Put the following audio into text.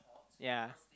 ya